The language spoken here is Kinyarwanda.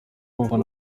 umufana